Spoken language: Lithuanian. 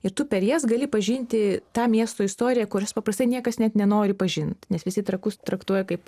ir tu per jas gali pažinti tą miesto istoriją kurios paprastai niekas net nenori pažint nes visi trakus traktuoja kaip